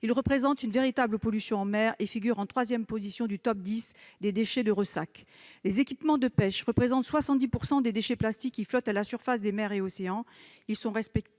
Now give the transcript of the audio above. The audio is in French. Ils représentent une véritable pollution en mer et figurent en troisième position du top dix des déchets de ressac. Les équipements de pêche représentent 70 % des déchets plastiques qui flottent à la surface des mers et des océans.